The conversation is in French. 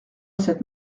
cette